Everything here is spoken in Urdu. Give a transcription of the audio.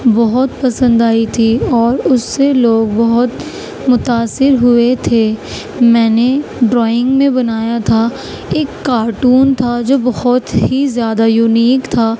بہت پسند آئی تھی اور اس سے لوگ بہت متأثر ہوئے تھے میں نے ڈرائنگ میں بنایا تھا ایک کارٹون تھا جو بہت ہی زیادہ یونیک تھا